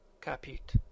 Capit